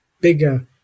bigger